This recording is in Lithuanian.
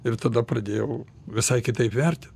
ir tada pradėjau visai kitaip vertin